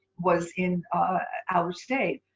was in out of state.